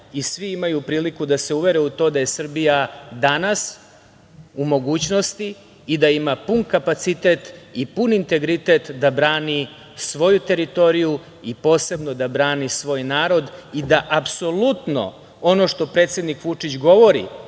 i svi imaju priliku da se uvere u to da je Srbija danas u mogućnosti i da ima pun kapacitet i pun integritet da brani svoju teritoriju i posebno da brani svoj narod i da apsolutno, ono što predsednik Vučić govori